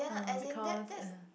um because uh